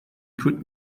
put